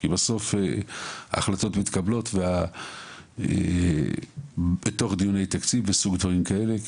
כי בסוף ההחלטות מתקבלות בתוך דיוני תקציב וסוג דברים כאלה,